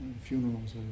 funerals